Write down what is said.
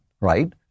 Right